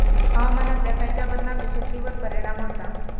हवामानातल्या खयच्या बदलांचो शेतीवर परिणाम होता?